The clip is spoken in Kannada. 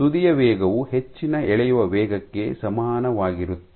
ತುದಿಯ ವೇಗವು ಹೆಚ್ಚಿನ ಎಳೆಯುವ ವೇಗಕ್ಕೆ ಸಮಾನವಾಗಿರುತ್ತದೆ